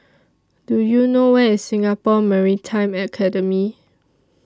Do YOU know Where IS Singapore Maritime Academy